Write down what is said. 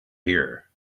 here